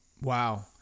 Wow